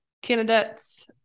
Candidates